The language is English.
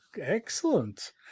Excellent